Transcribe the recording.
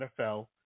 NFL